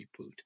reboot